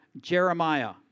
Jeremiah